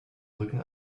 rücken